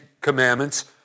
Commandments